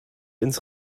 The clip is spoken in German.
ins